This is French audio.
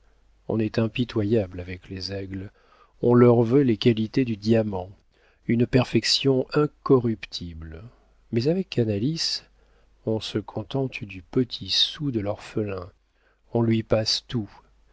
on est impitoyable avec les aigles on leur veut les qualités du diamant une perfection incorruptible mais avec canalis on se contente du petit sou de l'orphelin on lui passe tout